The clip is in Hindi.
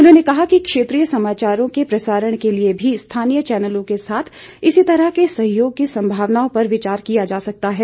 उन्होंने कहा कि क्षेत्रीय समाचारों के प्रसारण के लिए भी स्थानीय चैनलों के साथ इसी तरह के सहयोग की संभावनाओं पर विचार किया जा सकता है